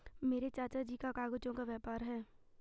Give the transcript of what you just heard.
मेरे चाचा जी का कागजों का व्यापार है